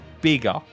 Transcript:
bigger